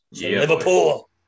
Liverpool